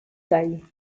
taille